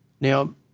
Now